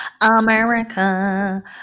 America